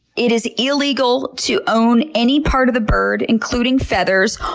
it is illegal to own any part of the bird, including feathers,